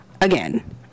again